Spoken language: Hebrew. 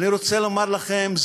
אני רוצה לומר לכם,